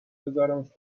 بذارمش